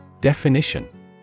Definition